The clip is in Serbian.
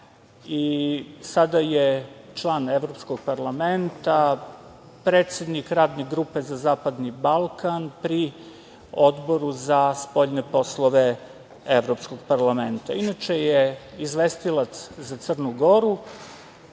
i sada je člana Evropskog parlamenta, predsednik Radne grupe za zapadni Balkan pri Odboru za spoljne poslove Evropskog parlamenta. Inače je izvestilaca za Crnu Goru